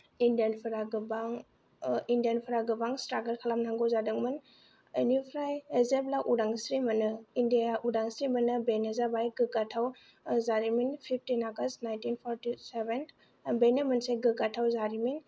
इण्डियानफोरा गोबां इण्डियानफोरा गोबां स्त्रागाल खालामनांगौ जादोंमोन ओनिफ्राय जेब्ला उदांस्रि मोनो इण्डियाआ उदांस्रि मोनो बेनो जाबाय गोग्गाथाव जारिमिन fifteen August nineteen forty seven बेनो मोनसे गोग्गाथाव जारिमिन